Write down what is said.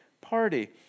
party